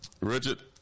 Richard